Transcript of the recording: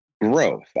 growth